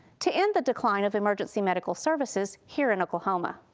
to end the decline of emergency medical services here in oklahoma.